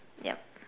yup